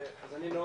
אני נעם,